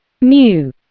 new